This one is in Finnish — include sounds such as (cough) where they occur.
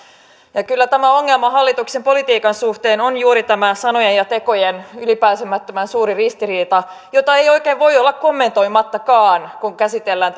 kyllä tämä ongelma hallituksen politiikan suhteen on juuri tämä sanojen ja tekojen ylipääsemättömän suuri ristiriita jota ei oikein voi olla kommentoimattakaan kun käsitellään (unintelligible)